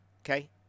Okay